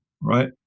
right